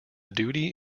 duty